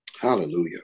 Hallelujah